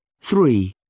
Three